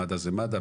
מד"א זה מד"א,